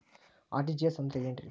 RTGS ಅಂದ್ರ ಏನ್ರಿ?